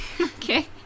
Okay